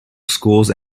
schools